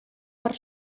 per